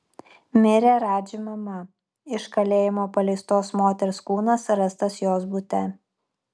mirė radži mama iš kalėjimo paleistos moters kūnas rastas jos bute